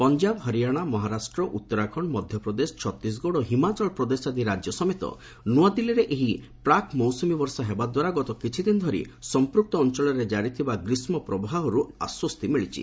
ପଞ୍ଜାବ ହରିଆଣା ମହାରାଷ୍ଟ୍ର ଉତ୍ତରାଖଣ୍ଡ ମଧ୍ୟପ୍ରଦେଶ ଛତିଶଗଡ ଓ ହିମାଚଳ ପ୍ରଦେଶ ଆଦି ରାଜ୍ୟ ସମେତ ନୂଆଦିଲ୍ଲୀରେ ଏହି ପାକ୍ ମୌସୁମୀ ବର୍ଷା ହେବା ଦ୍ୱାରା ଗତ କିଛି ଦିନ ଧରି ସମ୍ପୃକ୍ତ ଅଞ୍ଚଳରେ ଜାରିଥିବା ଗ୍ରୀଷ୍ମ ପ୍ରବାହରୁ ଆଶ୍ୱସ୍ତି ମିଳିଛି